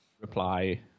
Reply